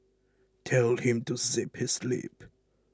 tell him to zip his lip